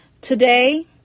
Today